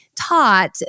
taught